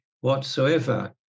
whatsoever